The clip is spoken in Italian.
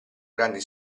grandi